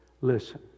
listen